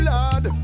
Lord